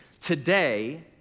Today